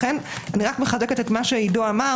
לכן אני רק מחזקת את מה שעידו אמר